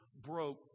broke